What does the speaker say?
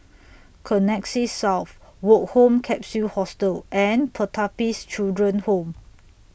Connexis South Woke Home Capsule Hostel and Pertapis Children Home